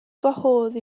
gwahodd